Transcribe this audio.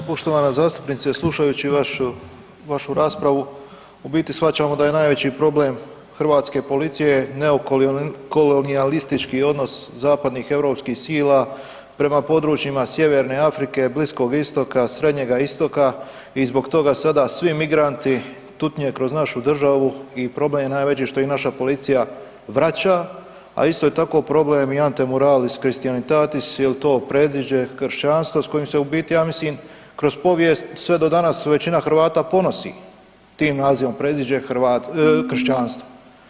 Pa poštovana zastupnice, slušajući vašu, vašu raspravu u biti shvaćamo da je najveći problem hrvatske policije neokolonijalistički odnos zapadnih europskih sila prema područjima Sjeverne Afrike, Bliskog Istoka, Srednjega Istoka i zbog toga sada svi migranti tutnje kroz našu državu i problem je najveći što ih naša policija vraća, a isto je tako problem i Antemuralis Christianitatis jel to predziđe kršćanstva s kojim se u biti ja mislim kroz povijest sve do danas većina Hrvata ponosi tim nazivom predziđe kršćanstva.